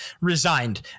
resigned